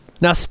Now